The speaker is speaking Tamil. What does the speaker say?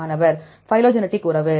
மாணவர் பைலோஜெனடிக் உறவு